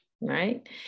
right